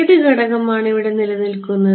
ഏത് ഘടകമാണ് ഇവിടെ നിലനിൽക്കുന്നത്